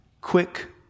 quick